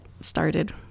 Started